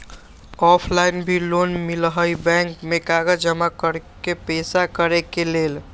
Offline भी loan मिलहई bank में कागज जमाकर पेशा करेके लेल?